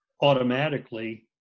automatically